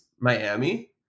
Miami